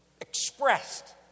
expressed